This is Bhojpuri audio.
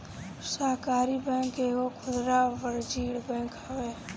सहकारी बैंक एगो खुदरा वाणिज्यिक बैंक हवे